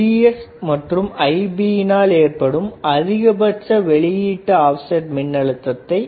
Vos மற்றும் Ib னால் ஏற்படும் அதிகபட்ச வெளியீட்டு ஆப்செட் மின்னழுத்ததை கணக்கிடுக